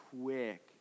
quick